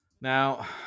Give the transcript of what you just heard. Now